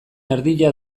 erdia